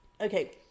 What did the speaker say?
Okay